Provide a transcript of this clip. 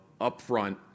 upfront